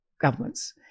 governments